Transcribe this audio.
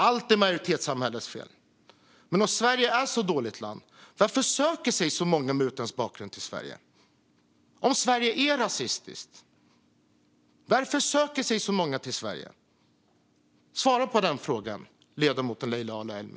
Allt är majoritetssamhällets fel. Om Sverige är ett så dåligt land, varför söker sig så många med utländsk bakgrund till Sverige? Om Sverige är rasistiskt, varför söker sig så många till Sverige? Svara på de frågorna, ledamoten Leila Ali Elmi.